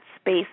space